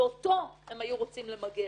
ואותו הם היו רוצים למגר,